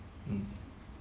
mm